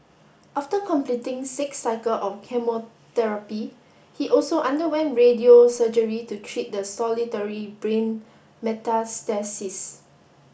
after completing six cycle of chemotherapy he also underwent radio surgery to treat the solitary brain metastasis